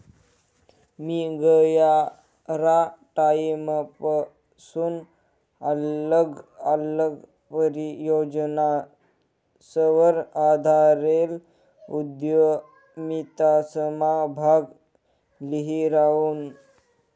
मी गयरा टाईमपसून आल्लग आल्लग परियोजनासवर आधारेल उदयमितासमा भाग ल्ही रायनू